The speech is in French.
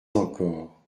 encore